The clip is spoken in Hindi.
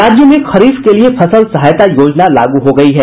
राज्य में खरीफ के लिये फसल सहायता योजना लागू हो गयी है